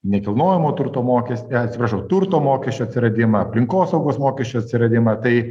nekilnojamo turto mokestį atsiprašau turto mokesčio atsiradimą aplinkosaugos mokesčių atsiradimą tai